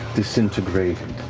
disintegrated.